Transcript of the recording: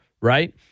right